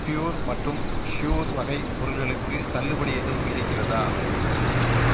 pure மற்றும் sure வகை பொருட்களுக்கு தள்ளுபடி எதுவும் இருக்கிறதா